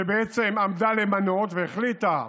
שעמדה למנות והחליטה,